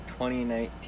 2019